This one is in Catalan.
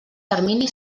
termini